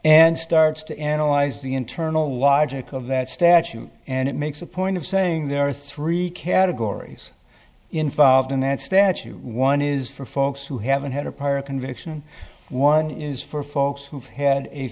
and starts to analyze the internal logic of that statute and it makes a point of saying there are three categories involved in that statute one is for folks who haven't had a prior conviction one is for folks who've had a